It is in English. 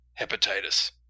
hepatitis